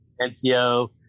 NCO